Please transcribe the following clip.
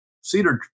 cedar